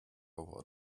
over